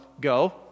go